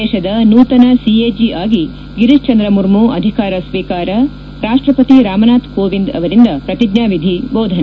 ದೇಶದ ನೂತನ ಸಿಎಜಿ ಆಗಿ ಗಿರೀಶ್ ಚಂದ್ರ ಮುರ್ಮು ಅಧಿಕಾರ ಸ್ವೀಕಾರ ರಾಪ್ಲಪತಿ ರಾಮನಾಥ್ ಕೋವಿಂದ್ ಅವರಿಂದ ಪ್ರತಿಜ್ಞಾವಿಧಿ ಬೋಧನೆ